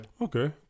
Okay